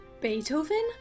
Beethoven